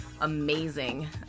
amazing